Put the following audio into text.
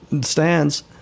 stands